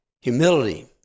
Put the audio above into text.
Humility